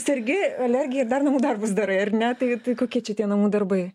sergi alergija dar namų darbus darai ar ne tai kokie čia tie namų darbai